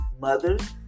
mothers